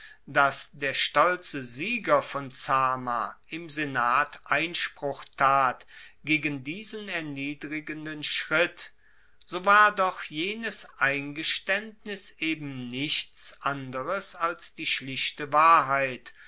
dass der stolze sieger von zama im senat einspruch tat gegen diesen erniedrigenden schritt so war doch jenes eingestaendnis eben nichts anderes als die schlichte wahrheit